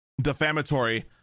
defamatory